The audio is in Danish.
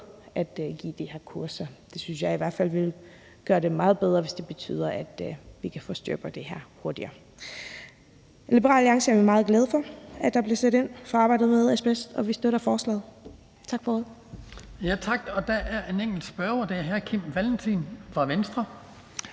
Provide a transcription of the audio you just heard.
at give de her kurser. Det synes jeg i hvert fald ville gøre det meget bedre, hvis det betyder, at vi kan få styr på det her hurtigere. I Liberal Alliance er vi meget glade for, at der bliver sat ind over for arbejdet med asbest, og vi støtter forslaget. Tak for ordet. Kl. 16:12 Den fg. formand (Hans Kristian Skibby): Tak. Der er en enkelt spørger, og det er hr. Kim Valentin fra Venstre.